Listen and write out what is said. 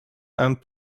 and